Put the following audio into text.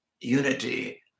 unity